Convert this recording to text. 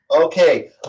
Okay